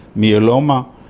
myeloma,